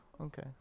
Okay